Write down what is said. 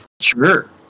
Sure